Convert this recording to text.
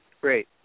great